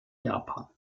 japan